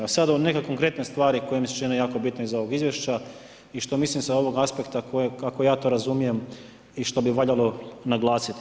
Evo, sad neke konkretne stvari koje mi se čine jako bitno iz ovog Izvješća i što mislim sa ovog aspekta kako ja to razumijem i što bi valjalo naglasiti.